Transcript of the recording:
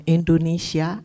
Indonesia